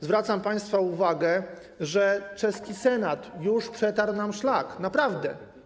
Zwracam państwa uwagę, że czeski senat już przetarł nam szlak, naprawdę.